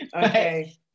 Okay